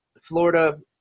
Florida